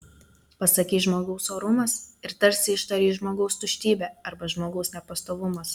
pasakei žmogaus orumas ir tarsi ištarei žmogaus tuštybė arba žmogaus nepastovumas